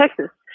texas